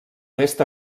oest